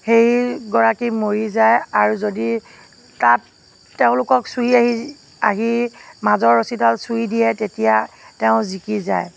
সেইগৰাকী মৰি যায় আৰু যদি তাত তেওঁলোকক চুই আহি আহি মাজৰ ৰছীডাল চুই দিয়ে তেতিয়া তেওঁ জিকি যায়